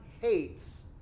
hates